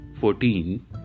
Fourteen